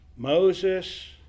moses